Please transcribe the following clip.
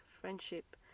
friendship